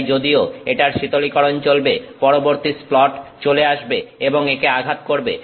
তাই যদিও এটার শীতলীকরণ চলবে পরবর্তী স্প্লট চলে আসবে এবং একে আঘাত করবে